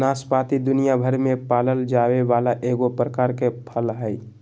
नाशपाती दुनियाभर में पावल जाये वाला एगो प्रकार के फल हइ